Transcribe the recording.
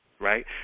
right